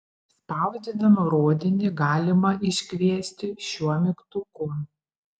spausdinimo rodinį galima iškviesti šiuo mygtuku